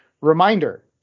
Reminder